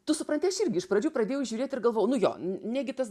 tu supranti aš irgi iš pradžių pradėjau žiūrėt ir galvojau nu jo negi tas